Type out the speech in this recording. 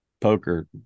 poker